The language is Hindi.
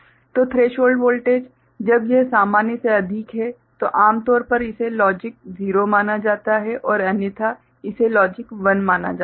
तो थ्रेशोल्ड वोल्टेज जब यह सामान्य से अधिक होता है तो आमतौर पर इसे लॉजिक 0 माना जाता है और अन्यथा इसे लॉजिक 1 माना जाता है